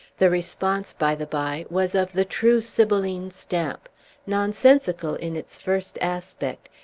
the response, by the bye, was of the true sibylline stamp nonsensical in its first aspect,